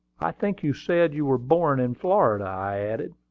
i think you said you were born in florida, i added.